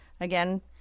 again